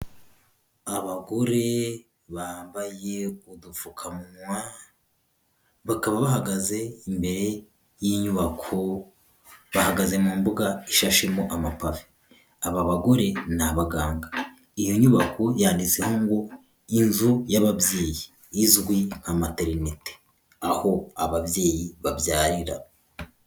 Abagore bambaye udupfukamunwa, bakaba bahagaze imbere y'inyubako bahagaze mu mbuga ishashemo amapafe, aba bagore ni abaganga, iyo nyubako yanditseho ngo inzu y'ababyeyi izwi nka amaterinete, aho ababyeyi babyarira.